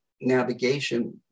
navigation